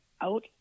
out